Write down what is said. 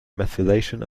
methylation